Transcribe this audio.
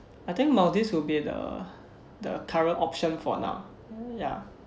I think maldives will be the the current option for now uh ya